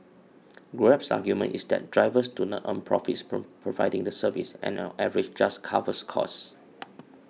grab's argument is that drivers do not earn profits from providing the service and on average just covers costs